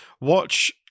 watch